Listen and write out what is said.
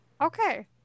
Okay